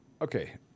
Okay